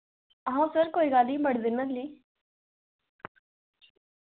आं सर कोई गल्ल निं मते दिन न ऐल्ली